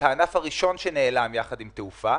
שאלה הענפים הראשונים שנעלמו יחד עם התעופה.